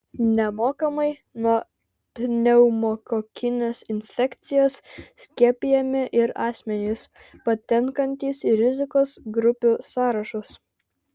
nemokamai nuo pneumokokinės infekcijos skiepijami ir asmenys patenkantys į rizikos grupių sąrašus